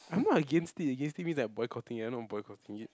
I'm not against it against it means I'm boycotting I'm not boycotting it